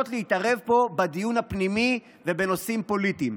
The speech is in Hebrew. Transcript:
להתערב פה בדיון הפנימי ובנושאים פוליטיים.